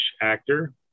actor